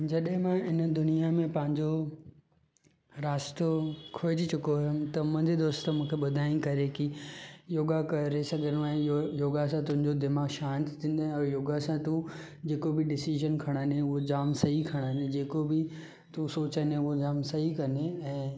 जॾहिं मां हिन दुनिया में पंहिंजो रस्तो खोहिजी चुकियो हुयुमि त मुंहिंजे दोस्त मूंखे ॿुधाईं करे की योगा करे सघंदो आहीं योगा सां तुंहिंजो दिमाग़ु शांति थींदे ऐं योगा सां तूं जेको बि डिसीज़न खणंदे हू जामु सही खणंदे जेको बि तूं सोचींदे हो जामु सही कंदें ऐं